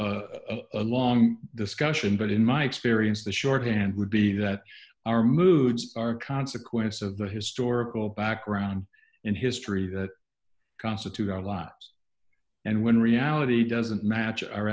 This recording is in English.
a long discussion but in my experience the shorthand would be that our moods are a consequence of the historical background and history that constitute our lives and when reality doesn't match our